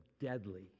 deadly